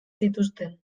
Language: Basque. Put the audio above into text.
zituzten